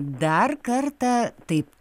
dar kartą taip